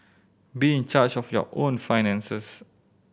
be in charge of your own finances